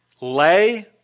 lay